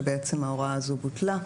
שבעצם ההוראה הזו בוטלה.